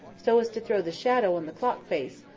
so as to throw the shadow on the clock face,